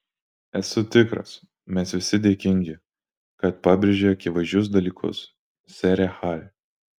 esu tikras mes visi dėkingi kad pabrėži akivaizdžius dalykus sere hari